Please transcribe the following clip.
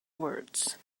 words